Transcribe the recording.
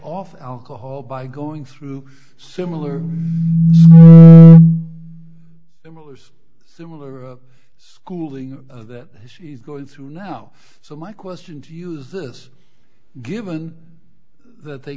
off alcohol by going through similar similar schooling that she's going through now so my question to use this given that they